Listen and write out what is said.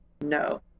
No